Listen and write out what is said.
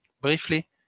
briefly